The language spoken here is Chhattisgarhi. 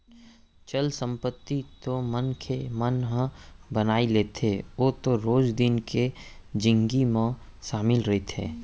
चल संपत्ति तो मनखे मन ह बनाई लेथे ओ तो रोज दिन के जिनगी म सामिल रहिथे